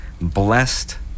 blessed